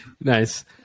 nice